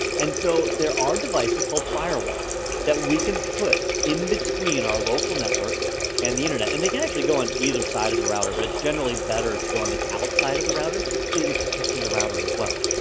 and so there are devices called firewalls that we can put in between our local area network and the internet. and they can actually go on either side of the router, but it's generally better to go on the outside of the router so that you're protecting the router as well,